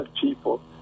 people